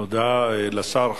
תודה לשר.